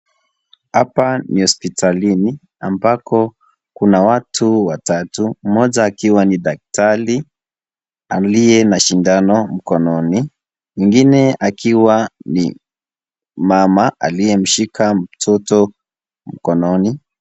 Hapa ni hospitalini, ambako kuna watu watatu mmoja akiwa ni daktari aliye na sindano mkononi. Mwingine akiwa ni mama, aliyeshika mtoto mkononi.